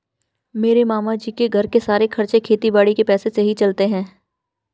मेरे मामा जी के घर के सारे खर्चे खेती बाड़ी के पैसों से ही चलते हैं